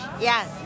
Yes